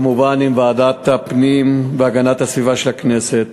וכמובן עם ועדת הפנים והגנת הסביבה של הכנסת.